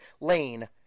lane